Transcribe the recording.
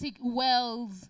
wells